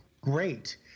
great